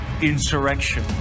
insurrection